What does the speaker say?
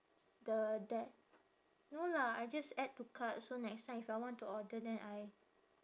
the that no lah I just add to cart so next time if I want to order then I